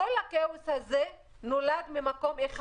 כל הכאוס הזה נולד ממקום אחד: